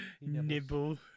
Nibble